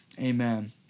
amen